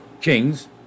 kings